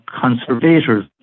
Conservators